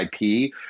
IP